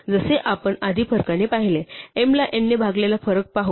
जसे आपण आधी फरकाने पाहिले m ला n ने भागलेला फरक बघू